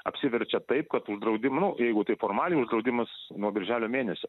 apsiverčia taip kad uždraudim nu jeigu tai formaliai uždraudimas nuo birželio mėnesio